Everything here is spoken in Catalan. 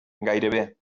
gairebé